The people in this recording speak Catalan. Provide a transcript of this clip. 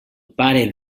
pare